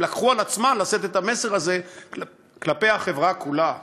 הן לקחו על עצמן לשאת את המסר הזה כלפי החברה כולה,